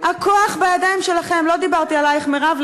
הכוח בידיים שלכם, לא דיברתי עלייך, מירב.